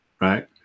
Right